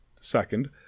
Second